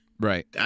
Right